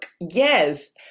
Yes